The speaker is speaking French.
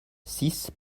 six